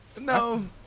No